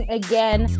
again